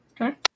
Okay